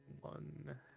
One